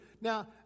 Now